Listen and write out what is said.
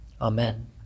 Amen